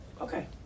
okay